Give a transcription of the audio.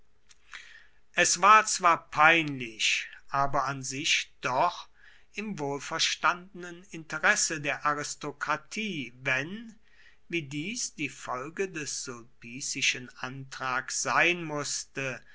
es war zwar peinlich aber an sich doch im wohlverstandenen interesse der aristokratie wenn wie dies die folge des sulpicischen antrags sein mußte